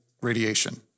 radiation